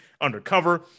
undercover